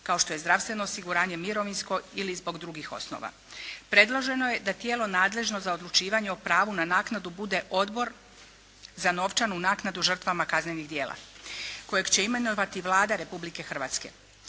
kao što je zdravstveno osiguranje, mirovinsko ili zbog drugih osnova. Predloženo je da tijelo nadležno za odlučivanje o pravu na naknadu bude odbor za novčanu naknadu žrtvama kaznenih djela kojeg će imenovati Vlada Republike Hrvatske.